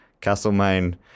Castlemaine